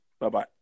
Bye-bye